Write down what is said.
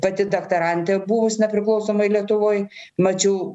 pati daktarantė buvus nepriklausomoj lietuvoj mačiau